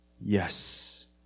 Yes